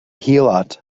heelot